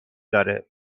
داره